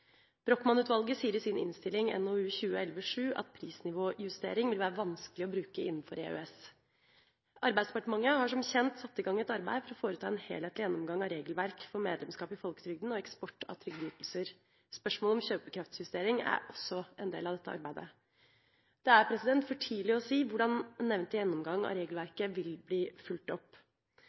sier i sin innstilling NOU 2011: 7 at prisnivåjustering vil være vanskelig å bruke innenfor EØS. Arbeidsdepartementet har som kjent satt i gang et arbeid for å foreta en helhetlig gjennomgang av regelverk for medlemskap i folketrygden og eksport av trygdeytelser. Spørsmålet om kjøpekraftsjustering er også en del av dette arbeidet. Det er for tidlig å si hvordan nevnte gjennomgang av regelverket vil bli fulgt opp.